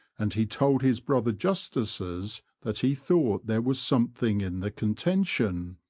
and he told his brother justices that he thought there was something in the contention.